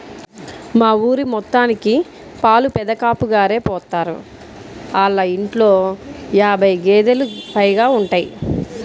మా ఊరి మొత్తానికి పాలు పెదకాపుగారే పోత్తారు, ఆళ్ళ ఇంట్లో యాబై గేదేలు పైగా ఉంటయ్